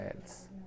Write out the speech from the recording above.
else